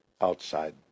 outside